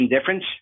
difference